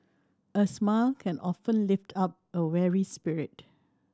a smile can often lift up a weary spirit